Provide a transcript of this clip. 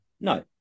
No